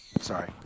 Sorry